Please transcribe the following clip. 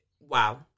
wow